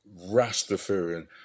Rastafarian